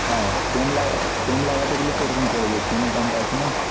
হ্যাঁ ফ্রেম লাগা ফ্রেম লাগাতে গেলে তো এরকম পড়বে ফ্রেমের দামটা আছে না